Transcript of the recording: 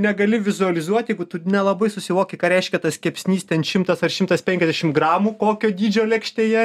negali vizualizuoti jeigu tu nelabai susivoki ką reiškia tas kepsnys ten šimtas ar šimtas penkiasdešim gramų kokio dydžio lėkštėje